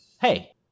hey